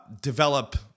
develop